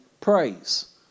praise